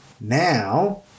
now